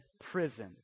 prison